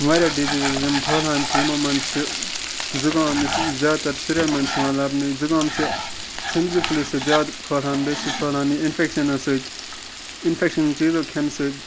واریاہ ڈِزیٖزِز یِم پھٔہلان چھِ یِمو مَنٛز چھُ زُکام یُس زیادٕ تَر شُرٮ۪ن مَنٛز چھُ یِوان لَبنہٕ زُکام چھُ ژھِنجہِ فلیہِ سۭتۍ زیادٕ پھٔہلان بیٚیہِ چھُ پھٔہلان یہٕ اِنفیٚکشَنَو سۭتۍ اِنفیٚکشَن چیٖزَو کھیٚنہٕ سۭتۍ